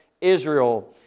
Israel